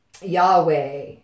Yahweh